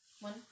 One